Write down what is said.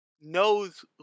knows